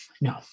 No